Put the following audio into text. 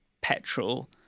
petrol